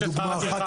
הסכום של שכר הטרחה.